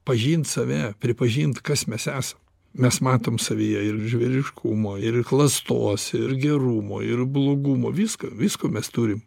pažint save pripažint kas mes esam mes matom savyje ir žvėriškumo ir klastos ir gerumo ir blogumo visko visko mes turim